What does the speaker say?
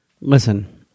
Listen